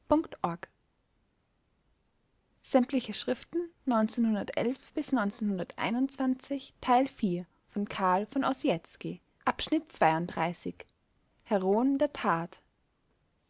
von heroen der tat